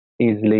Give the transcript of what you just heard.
easily